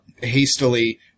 hastily